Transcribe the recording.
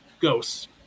Ghosts